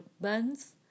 buns